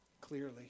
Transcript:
clearly